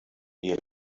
ihr